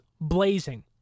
blazing